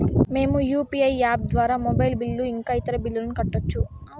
మేము UPI app ద్వారా mobile bill ఇంకా ఇతర బిల్లులను కట్టొచ్చు